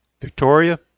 Victoria